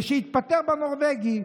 ושיתפטר בנורבגי.